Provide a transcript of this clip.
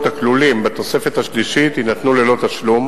הכלולים בתוספת השלישית יינתנו ללא תשלום.